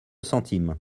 centimes